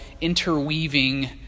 interweaving